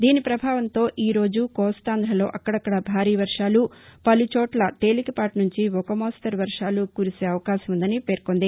దీని ప్రభావంతో ఈరోజు కోస్తాంధలో అక్కడక్కడ భారీ వర్వాలు పలు చోట్ల తేలికపాటి నుంచి ఒక మోస్తరు వర్వాలు కురిసే అవకాశం ఉందని పేర్కొన్నారు